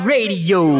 Radio